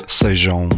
sejam